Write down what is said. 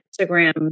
Instagram